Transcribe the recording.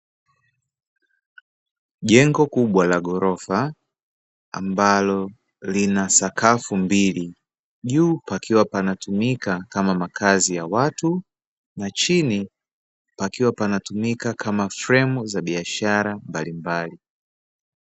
Jengo kubwa la ghorofa, ambalo lina sakafu mbili juu pakiwa panatumika kama makazi ya watu na chini Panatumika kama fremu za biashara mbalimbali.